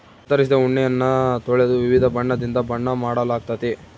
ಕತ್ತರಿಸಿದ ಉಣ್ಣೆಯನ್ನ ತೊಳೆದು ವಿವಿಧ ಬಣ್ಣದಿಂದ ಬಣ್ಣ ಮಾಡಲಾಗ್ತತೆ